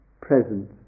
presence